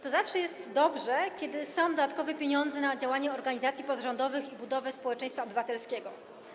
To zawsze jest dobrze, kiedy są dodatkowe pieniądze na działanie organizacji pozarządowych i budowę społeczeństwa obywatelskiego.